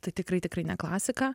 tai tikrai tikrai ne klasiką